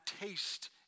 taste